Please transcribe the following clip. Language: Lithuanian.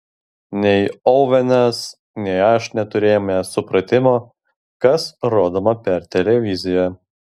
nei ovenas nei aš neturėjome supratimo kas rodoma per televiziją